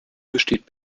besteht